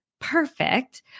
perfect